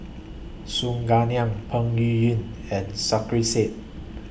Su Guaning Peng Yuyun and Sarkasi Said